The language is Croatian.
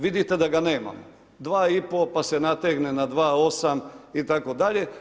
Vidite da ga nemamo, 2,5, pa se nategne na 2,8 itd.